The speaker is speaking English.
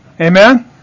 Amen